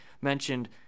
mentioned